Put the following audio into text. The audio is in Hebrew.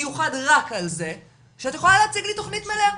מיוחד רק על זה שאת יכולה להציג לי תכנית מלאה.